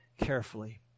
carefully